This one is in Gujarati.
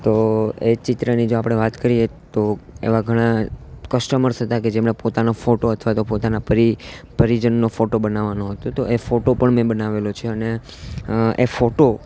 તો એ ચિત્રની જો આપણે વાત કરીએ તો એવા ઘણા કસટર્મ્સ હતા કે જેમણે પોતાનો ફોટો અથવા તો પોતાના પરી પરિજનનો ફોટો બનાવવાનો હતો તો એ ફોટો પણ મેં બનાવેલો છે અને એ ફોટો